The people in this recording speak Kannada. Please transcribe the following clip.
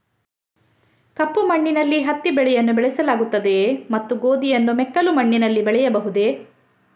ಕಪ್ಪು ಮಣ್ಣಿನಲ್ಲಿ ಹತ್ತಿ ಬೆಳೆಯನ್ನು ಬೆಳೆಸಲಾಗುತ್ತದೆಯೇ ಮತ್ತು ಗೋಧಿಯನ್ನು ಮೆಕ್ಕಲು ಮಣ್ಣಿನಲ್ಲಿ ಬೆಳೆಯಬಹುದೇ?